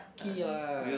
~ky lah